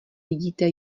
vidíte